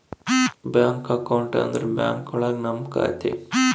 bank account ಅಂದ್ರೆ bank ಒಳಗ ನಮ್ ಖಾತೆ